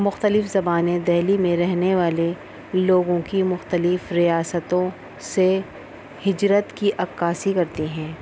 مختلف زبانیں دہلی میں رہنے والے لوگوں کی مختلف ریاستوں سے ہجرت کی عکاسی کرتی ہیں